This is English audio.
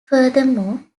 furthermore